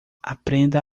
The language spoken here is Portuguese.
aprenda